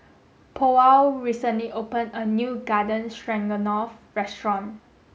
Powell recently opened a new Garden Stroganoff restaurant